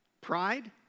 Pride